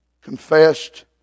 confessed